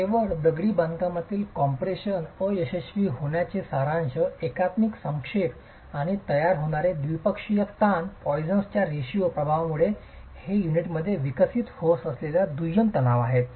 तर केवळ दगडी बांधकामातील कॉम्प्रेशन अयशस्वी होण्याबद्दलचे सारांश एकात्मिक संक्षेप आणि तयार होणारे द्विपक्षीय ताण पॉईसनच्या रेशिओ Poisson's ratio प्रभावामुळेच हे युनिटमध्ये विकसित होत असलेल्या हे दुय्यम तणाव आहेत